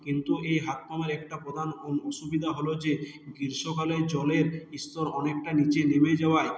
কিন্তু এই হাতপাম্পের একটা প্রধান অসুবিধা হল যে গ্রীষ্মকালে জলের স্তর অনেকটা নিচে নেমে যাওয়ায়